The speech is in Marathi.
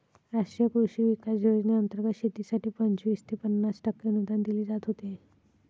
राष्ट्रीय कृषी विकास योजनेंतर्गत शेतीसाठी पंचवीस ते पन्नास टक्के अनुदान दिले जात होते